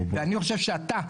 אני חושב שאתה,